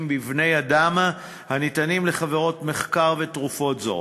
בבני-אדם הניתנים לחברות מחקר ותרופות זרות.